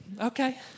Okay